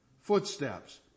Footsteps